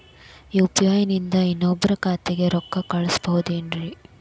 UPI ನಿಂದ ಇನ್ನೊಬ್ರ ಖಾತೆಗೆ ರೊಕ್ಕ ಕಳ್ಸಬಹುದೇನ್ರಿ?